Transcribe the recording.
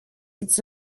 its